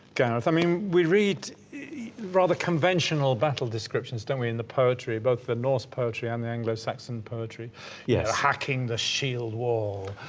gareth, i mean we read rather conventional battle descriptions don't we, in the poetry both the norse poetry and the anglo-saxon poetry y'know yeah hacking the shield wall,